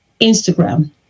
Instagram